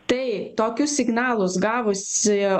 tai tokius signalus gavusi